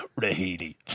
Rahidi